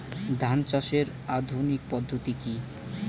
ধান চাষের আধুনিক পদ্ধতি কি?